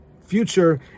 future